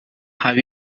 have